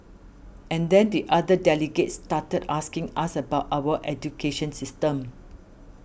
and then the other delegates started asking us about our education system